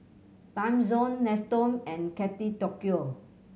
Timezone Nestum and Kate Tokyo